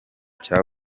cya